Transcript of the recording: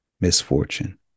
misfortune